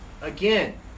Again